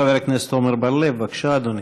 חבר הכנסת עמר בר-לב, בבקשה, אדוני.